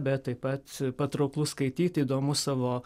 bet taip pat patrauklus skaityti įdomus savo